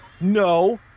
No